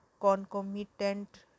concomitant